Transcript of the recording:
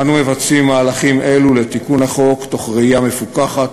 אנו מבצעים מהלכים אלו לתיקון החוק בראייה מפוכחת,